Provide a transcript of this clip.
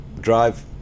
drive